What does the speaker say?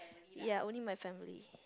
ya only my family